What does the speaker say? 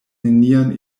nenian